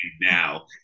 now